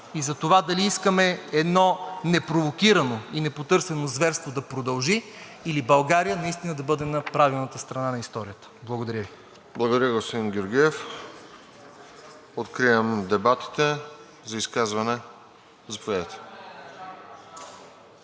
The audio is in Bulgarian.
и за това дали искаме едно непровокирано и непотърсено зверство да продължи, или България наистина да бъде на правилната страна на историята. Благодаря Ви. ПРЕДСЕДАТЕЛ РОСЕН ЖЕЛЯЗКОВ: Благодаря, господин Георгиев. Откривам дебатите. За изказване – заповядайте.